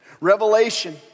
Revelation